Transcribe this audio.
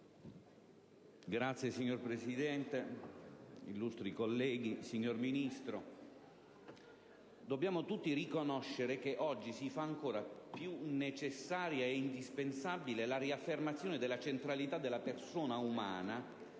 *(PdL)*. Signor Presidente, illustri colleghi, signor Ministro, «(...) Dobbiamo tutti riconoscere che «oggi si fa ancora più necessaria e indispensabile la riaffermazione della centralità della persona umana,